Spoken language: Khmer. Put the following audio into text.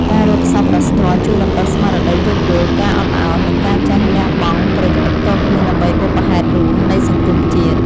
ការរត់សប្បុរសធម៌ជួយបណ្ដុះស្មារតីយោគយល់ ការអត់ឱន និងការចេះលះបង់ប្រយោជន៍ផ្ទាល់ខ្លួនដើម្បីបុព្វហេតុរួមនៃសង្គមជាតិ។